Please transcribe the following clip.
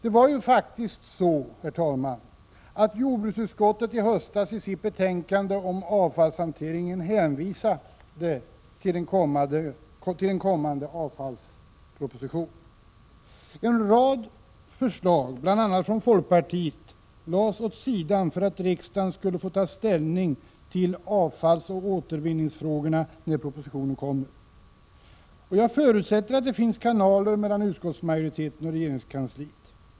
En rad förslag, bl.a. från folkpartiet, lades åt sidan för att riksdagen skulle 3 mars 1987 få ta ställning till avfallsoch återvinningsfrågorna när propositionen lades fram. Jag förutsätter att det finns kanaler mellan utskottsmajoriteten och regeringskansliet.